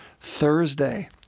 Thursday